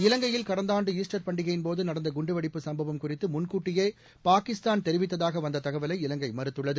இலங்கையில் கடந்த ஆண்டு ஈஸ்டர் பண்டிகையின்போது நடந்த குண்டுவெடிப்புச் சம்பவம் குறித்து முன்கூட்டியே பாகிஸ்தான் தெரிவித்ததாக வந்த தகவலை இலங்கை மறுத்துள்ளது